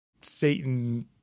Satan